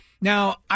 Now